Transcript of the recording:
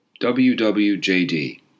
WWJD